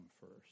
first